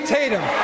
Tatum